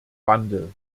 wandel